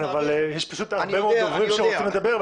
אבל יש הרבה מאוד דוברים שרוצים לדבר,